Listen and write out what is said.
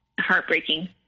heartbreaking